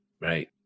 right